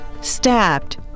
stabbed